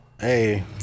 Hey